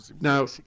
now